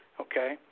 Okay